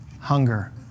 hunger